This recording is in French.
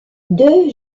deux